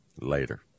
Later